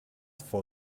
for